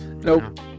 Nope